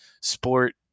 sport